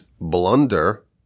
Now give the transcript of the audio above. blunder